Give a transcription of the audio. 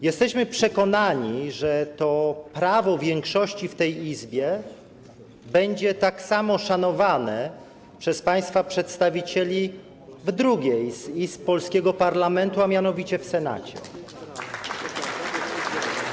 Jesteśmy przekonani, że to prawo większości w Izbie będzie tak samo szanowane przez państwa przedstawicieli w drugiej z Izb polskiego parlamentu, a mianowicie w Senacie.